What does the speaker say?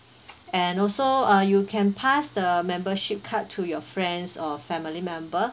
and also uh you can pass the membership card to your friends or family member